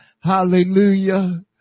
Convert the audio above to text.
Hallelujah